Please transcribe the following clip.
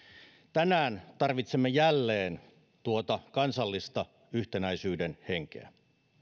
tänään tarvitsemme jälleen tuota kansallista yhtenäisyyden henkeä